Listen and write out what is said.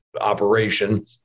operation